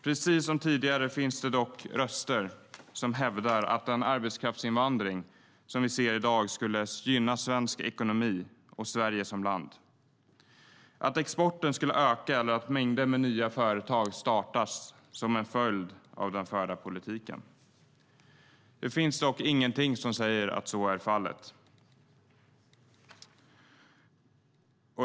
Precis som tidigare finns det dock röster som hävdar att den arbetskraftsinvandring vi ser i dag skulle gynna svensk ekonomi och Sverige som land och att exporten skulle öka eller att mängder med nya företag startas som följd av den förda politiken. Det finns dock ingenting som säger att så är fallet.